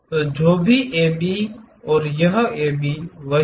तो जो भी AB और यह AB वही